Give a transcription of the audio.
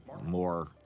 more